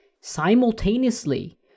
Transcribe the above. simultaneously